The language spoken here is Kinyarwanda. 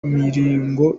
mirongo